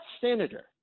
senator